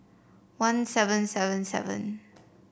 one seven seven seven